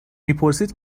میپرسید